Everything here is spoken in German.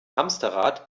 hamsterrad